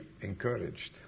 encouraged